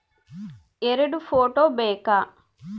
ಎರಡು ಫೋಟೋ ಬೇಕಾ?